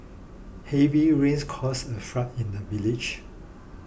heavy rains caused a flood in the village